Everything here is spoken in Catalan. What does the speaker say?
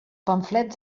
pamflets